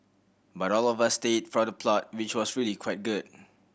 but all of us stayed for the plot which was really quite good